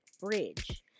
bridge